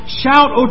shout